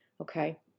Okay